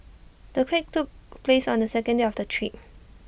the quake took place on the second day of the trip